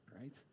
right